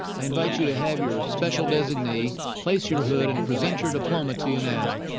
i invite you to have your special designee place your hood and present your diploma to you now.